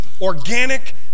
organic